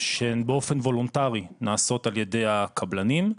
שהן באופן וולונטרי נעשות על ידי הקבלנים.